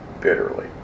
bitterly